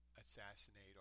assassinate